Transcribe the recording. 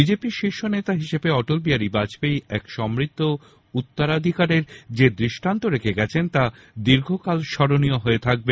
BJP র শীর্ষ নেতা হিসেবে অটল বিহারী বাজপেয়ী এক সমৃদ্ধ উত্তরাধিকারের যে দৃষ্টান্ত রেখে গেছেন তা দীর্ঘকাল স্মরণীয় হয়ে থাকবে